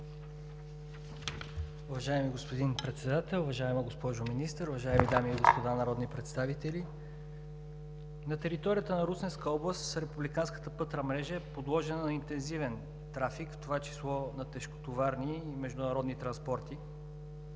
Уважаеми господин Председател, уважаема госпожо Министър, уважаеми дами и господа народни представители! На територията на Русенска област републиканската пътна мрежа е подложена на интензивен трафик, в това число на тежкотоварни и международни транспорти.